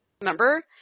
remember